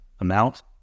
amount